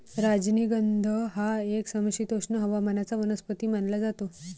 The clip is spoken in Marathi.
राजनिगंध हा एक समशीतोष्ण हवामानाचा वनस्पती मानला जातो